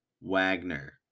Wagner